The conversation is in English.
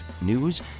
News